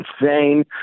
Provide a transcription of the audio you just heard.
insane